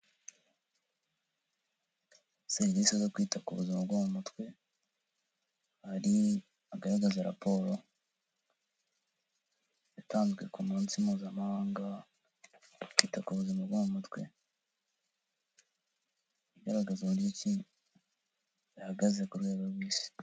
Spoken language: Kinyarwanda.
Serivisi zo kwita ku buzima bwo mu mutwe hari agaragaza raporo yatanzwe ku munsi mpuzamahanga wo kwita ku buzima bwo mu mutwe igaragaza uburyo yahagaze ku rwego rw'isi.